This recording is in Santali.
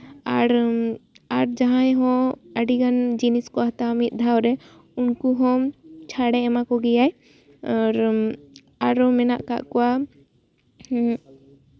ᱟᱨ ᱟᱨ ᱡᱟᱦᱟᱸᱭ ᱦᱚᱸ ᱟᱹᱰᱤᱜᱟᱱ ᱡᱤᱱᱤᱥ ᱠᱚ ᱦᱟᱛᱟᱣᱟ ᱢᱤᱫ ᱫᱷᱟᱣ ᱨᱮ ᱩᱱᱠᱩ ᱦᱚᱸ ᱪᱷᱟᱲᱮ ᱮᱢᱟ ᱠᱚᱜᱮᱭᱟ ᱟᱨ ᱟᱨᱚ ᱢᱮᱱᱟᱜ ᱠᱟᱜ ᱠᱚᱣᱟ